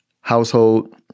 household